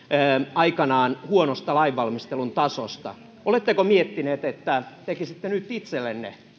aikanaan välikysymyksen huonosta lainvalmistelun tasosta oletteko miettineet että tekisitte nyt itsellenne